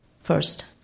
first